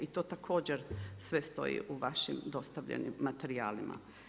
I to također sve stoji u vašim dostavljenim materijalima.